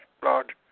blood